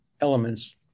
elements